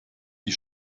die